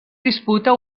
disputa